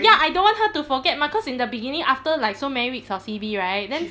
ya I don't want her to forget mah cause in the beginning after like so many weeks of C_B right then